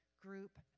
group